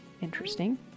Interesting